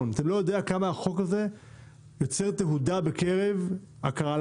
אתה לא יודע כמה החוק הזה יוצר תהודה בקרב המבוגרים.